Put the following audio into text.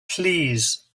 please